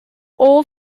old